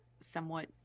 somewhat